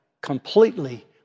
completely